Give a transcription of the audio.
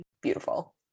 Beautiful